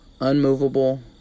unmovable